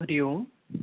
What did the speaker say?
हरिः ओम्